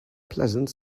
pleasant